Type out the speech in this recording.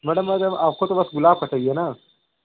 मतलब मैडम आपको तो बस गुलाब का चहिए ना